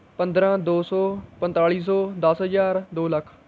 ਪੰਦਰ੍ਹਾਂ ਦੋ ਸੌ ਪੰਤਾਲ਼ੀ ਸੌ ਦਸ ਹਜ਼ਾਰ ਦੋ ਲੱਖ